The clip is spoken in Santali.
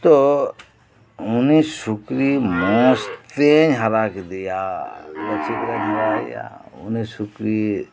ᱛᱚ ᱩᱱᱤ ᱥᱩᱠᱨᱤ ᱢᱚᱸᱡᱽ ᱛᱮᱧ ᱦᱟᱨᱟ ᱠᱮᱫᱮᱭᱟ ᱪᱮᱫ ᱨᱮᱢ ᱦᱮᱣᱭᱟ ᱭᱮᱭᱟ ᱩᱱᱤ ᱥᱩᱠᱨᱤ